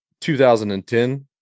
2010